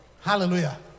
Hallelujah